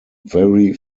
very